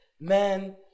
man